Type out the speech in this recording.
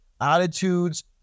attitudes